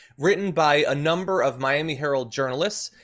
written by a number of miami herald journalists.